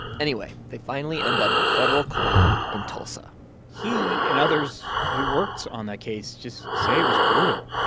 anyway, they finally end up in federal court in tulsa he and others who worked on the case just say it was brutal.